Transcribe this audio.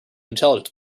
intelligence